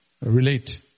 relate